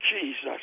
Jesus